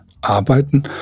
Arbeiten